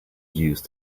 use